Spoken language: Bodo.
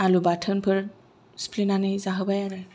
आरो बाथोनफोर सिफ्लेनानै जाहोबाय आरो